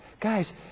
Guys